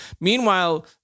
Meanwhile